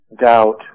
doubt